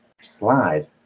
slide